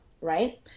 right